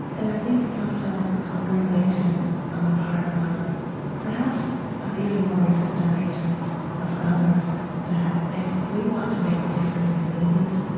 and i think it's also a realization on the part of perhaps even more recent generations of scholars that, if we want to make a difference in communities,